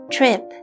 Trip